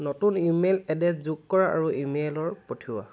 নতুন email address যোগ কৰ আৰু ইমেইলৰ পঠিওৱা